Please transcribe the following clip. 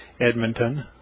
Edmonton